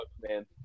man